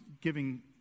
giving